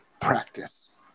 practice